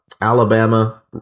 Alabama